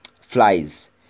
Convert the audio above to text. flies